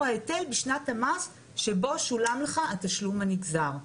ההיטל בשנת המס שבו שולם לך התשלום הנגזר,